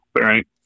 right